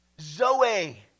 Zoe